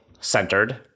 centered